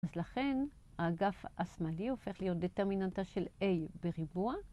אז לכן האגף השמאלי הופך להיות דטרמיננטה של A בריבוע.